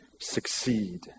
succeed